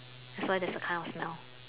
that's why there's a kind of smell